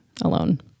Alone